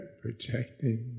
protecting